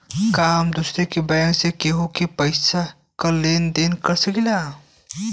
का हम दूसरे बैंक से केहू के पैसा क लेन देन कर सकिला?